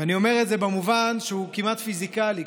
ואני אומר את זה במובן שהוא כמעט פיזיקלי.